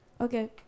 Okay